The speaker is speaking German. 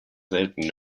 selten